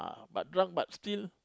ah but drunk but still